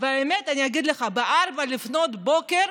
אני אגיד לך את האמת, ב-04:00, לפנות בוקר,